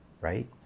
right